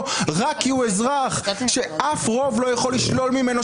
רק כי הוא אזרח ואף רוב לא יכול לשלול ממנו,